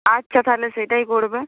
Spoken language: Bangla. আচ্ছা তাহলে সেটাই করবে